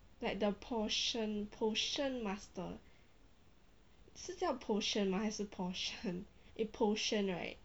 like the portion potion master 是叫 potion 吗还是 portion eh potion right